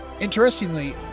Interestingly